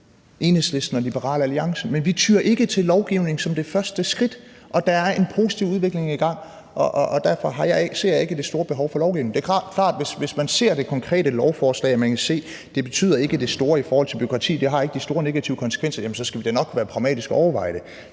Enhedslisten og Liberal Alliance, men vi tyr ikke til lovgivning som det første skridt. Der er en positiv udvikling i gang, og derfor ser jeg ikke det store behov for lovgivning. Det er klart, at hvis man ser det konkrete lovforslag, og man kan se, at det ikke betyder det store i forhold til bureaukrati, og at det ikke har de store negative konsekvenser, jamen så skal vi da nok være pragmatiske og overveje det.